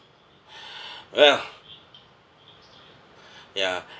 well ya